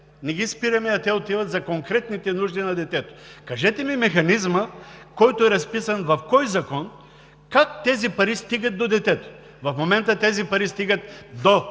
не ги спираме, а те отиват за конкретните нужди на детето. Кажете ми механизма, който е разписан – в кой закон, как тези пари стигат до детето? В момента парите стигат до училището